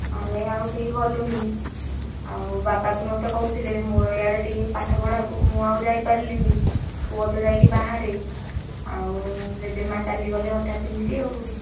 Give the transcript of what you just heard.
ଆମେ ଆଉ କେହି ଗଲୁନି ଆଉ ବାବା ବି ମୋତେ କହୁଥିଲେ ମୋର ଏଆଡ଼େ ଟିକିଏ ପାଠପଢ଼ାକୁ ମୁଁ ଆଉ ଯାଇପାରିଲିନି ପୁଅ ତ ଯାଇକି ବାହାରେ ଆଉ ଜେଜେମା' ଚାଲିଗଲେ ହଠାତ୍ ଏମିତି ଆଉ